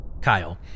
Kyle